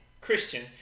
Christian